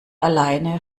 alleine